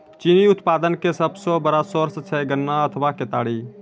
चीनी उत्पादन के सबसो बड़ो सोर्स छै गन्ना अथवा केतारी